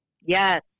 Yes